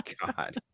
God